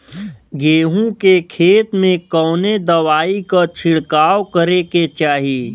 गेहूँ के खेत मे कवने दवाई क छिड़काव करे के चाही?